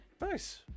Nice